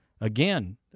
again